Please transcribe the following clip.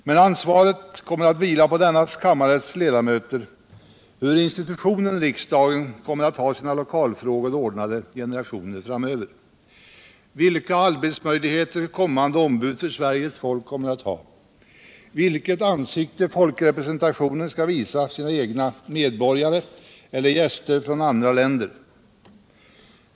Men ansvaret kommer att vila på denna kammares ledamöter för hur institutionen riksdagen kommer att ha sina lokalfrågor ordnade generationer framöver, vilka arbetsmöjligheter kommande ombud för Sveriges folk kommer att ha, vilket ansikte folkrepresentationen skall visa sina egna medborgare eller gäster från andra länder.